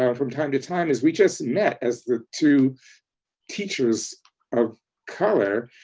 um from time to time, is we just met as the two teachers of color.